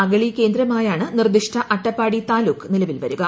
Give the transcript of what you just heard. അഗളി കേന്ദ്രമായാണ് നിർദ്ദിഷ്ട അട്ടപ്പാടി താലൂക് നിലവിൽ വരിക